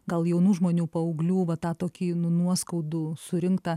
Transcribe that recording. gal jaunų žmonių paauglių va tą tokį nu nuoskaudų surinktą